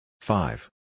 Five